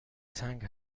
تنگ